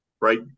right